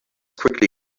quickly